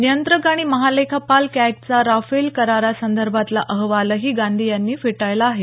नियंत्रक आणि महालेखापाल कॅगचा राफेल करारासंदर्भातला अहवालही गांधी यांनी फेटाळला आहे